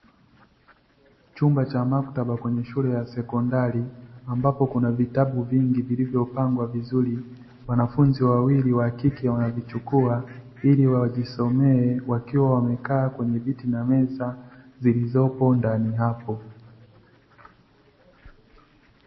Chumba cha maktaba kwenye shule ya sekondari ambapo kuna vitabu vingi vilivyo pangwa vizuri, wanafunzi wawili wakike wanavichukua ili wajisomee wakiwa wamekaa kwenye viti na meza, zilizopo ndani hapo.